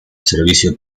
servicio